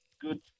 good